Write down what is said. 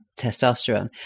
testosterone